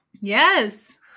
Yes